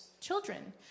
children